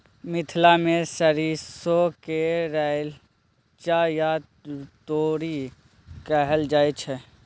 मिथिला मे सरिसो केँ रैचा या तोरी कहल जाइ छै